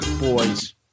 boys